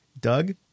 Doug